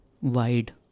wide